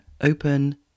open